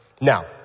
Now